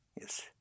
yes